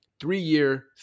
three-year